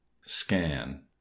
Scan